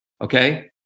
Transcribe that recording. Okay